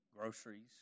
groceries